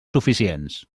suficients